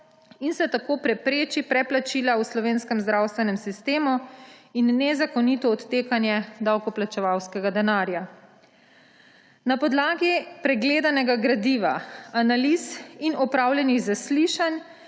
in se tako prepreči preplačila v slovenskem zdravstvenem sistemu in nezakonito odtekanje davkoplačevalskega denarja. Na podlagi pregledanega gradiva, analiz in opravljenih zaslišanj